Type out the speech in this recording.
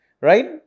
right